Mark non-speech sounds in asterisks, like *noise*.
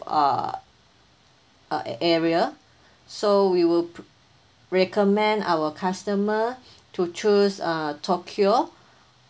uh uh uh area so we will p~ recommend our customer *noise* to choose uh tokyo